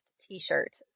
t-shirt